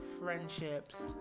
friendships